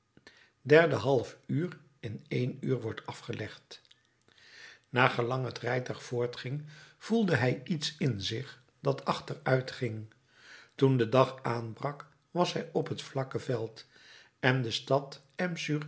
derdehalf uur in één uur wordt afgelegd naar gelang het rijtuig voortging voelde hij iets in zich dat achteruitging toen de dag aanbrak was hij op het vlakke veld en de stad